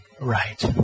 Right